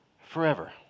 forever